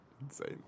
Insane